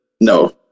No